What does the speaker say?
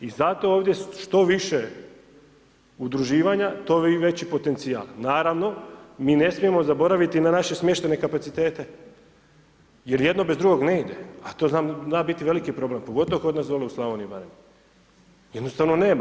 I zato ovdje što više udruživanja, to veći potencijal, naravno, mi ne smijemo zaboraviti na naše smještajne kapacitete jer jedno bez drugoga ne ide, a to zna biti veliki problem, pogotovo kod nas dolje u Slavoniji i Baranji, jednostavno nema.